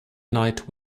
night